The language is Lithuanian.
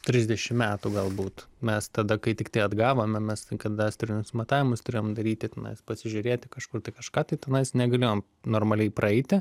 trisdešim metų galbūt mes tada kai tiktai atgavome mes kadastrinius matavimus turėjom daryti tenais pasižiūrėti kažkur tai kažką tai tenais negalėjom normaliai praeiti